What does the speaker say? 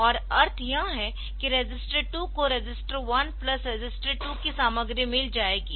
और अर्थ यह है कि रजिस्टर 2 को रजिस्टर 1 प्लस रजिस्टर 2 की सामग्री मिल जाएगी